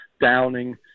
Downing